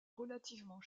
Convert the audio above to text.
relativement